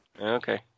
Okay